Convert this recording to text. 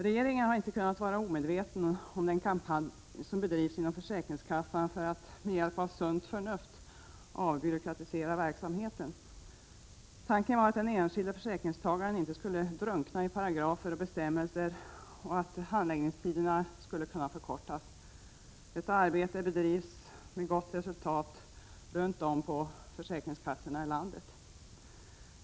Regeringen har inte kunnat vara omedveten om den kampanj som bedrivs inom försäkringskassan för att med hjälp av sunt förnuft avbyråkratisera verksamheten. Tanken var att den enskilde försäkringstagaren inte skulle drunkna i paragrafer och bestämmelser och att handläggningstiderna skulle kunna förkortas. Detta arbete bedrivs med gott resultat runt om på försäkringskassorna i landet.